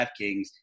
DraftKings